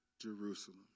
Jerusalem